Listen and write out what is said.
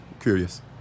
Curious